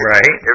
Right